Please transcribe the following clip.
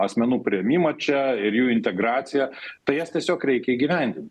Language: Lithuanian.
asmenų priėmimą čia ir jų integraciją tai jas tiesiog reikia įgyvendint